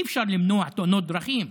אי-אפשר למנוע תאונות דרכים,